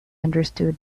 understood